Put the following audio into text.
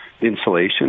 insulation